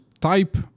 type